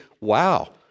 wow